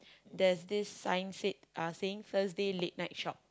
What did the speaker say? there's this sign said uh saying Thursday late night shop